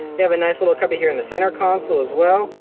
you have a nice little cubby, here, in the center console, as well.